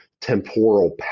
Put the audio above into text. temporal